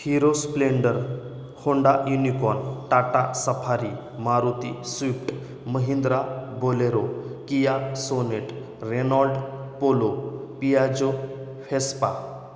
hero Splendor Honda Unicorn Tata Safari Maruti Swift Mahindra Bolero Kia Sonet Renault Polo Piaggio Vespa